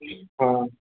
हँ